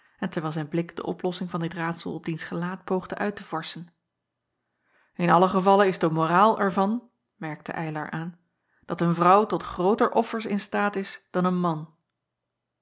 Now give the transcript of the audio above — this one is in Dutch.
en terwijl zijn blik de oplossing van dit raadsel op diens gelaat poogde uit te vorschen n allen gevalle is de moraal er van merkte ylar aan dat een vrouw tot grooter offers in staat is dan een man